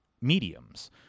mediums